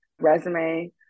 resume